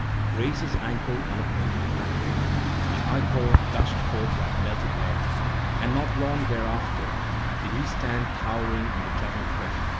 he grazed his ankle on a pointed crag and the ichor gushed forth like melted lead and not long thereafter did he stand towering on the jutting cliff.